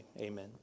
Amen